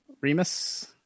Remus